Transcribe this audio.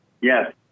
yes